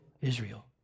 Israel